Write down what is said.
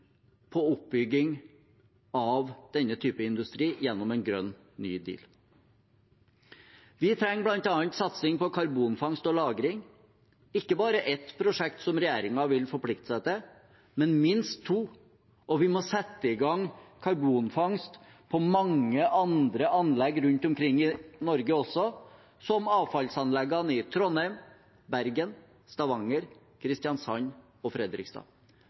på oppbygging av denne typen industri gjennom en grønn ny deal. Vi trenger bl.a. satsing på karbonfangst og -lagring – ikke bare ett prosjekt, som regjeringen vil forplikte seg til, men minst to – og vi må sette i gang karbonfangst på mange andre anlegg rundt omkring i Norge også, som avfallsanleggene i Trondheim, Bergen, Stavanger, Kristiansand og Fredrikstad.